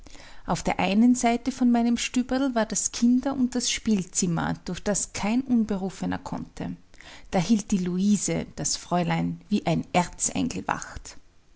auf der einen seite von meinem stüberl war das kinder und das spielzimmer durch das kein unberufener konnte da hielt die luise das fräulein wie ein erzengel wacht